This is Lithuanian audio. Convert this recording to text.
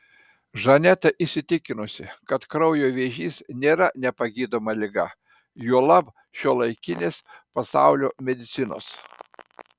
žaneta įsitikinusi kad kraujo vėžys nėra nepagydoma liga juolab šiuolaikinės pasaulio medicinos